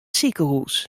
sikehús